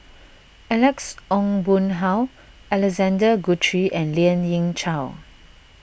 Alex Ong Boon Hau Alexander Guthrie and Lien Ying Chow